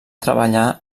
treballar